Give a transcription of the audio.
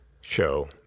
show